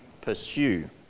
pursue